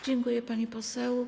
Dziękuję, pani poseł.